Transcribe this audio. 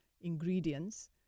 ingredients